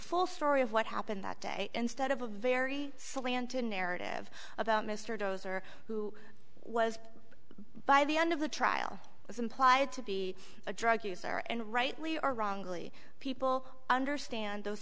full story of what happened that day instead of a very slanted narrative about mr towser who was by the end of the trial is implied to be a drug user and rightly or wrongly people understand those